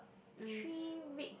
three red